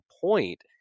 point